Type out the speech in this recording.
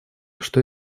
что